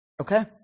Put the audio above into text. Okay